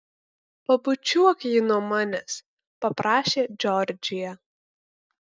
pabučiuok jį nuo manęs paprašė džordžija